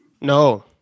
No